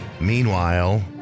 Meanwhile